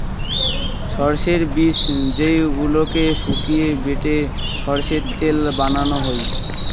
সরষের বীজ যেইগুলোকে শুকিয়ে বেটে সরষের তেল বানানো হই